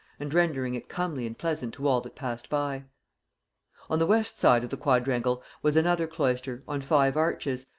and rendering it comely and pleasant to all that passed by on the west side of the quadrangle was another cloister, on five arches,